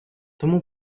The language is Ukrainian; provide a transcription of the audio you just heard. тому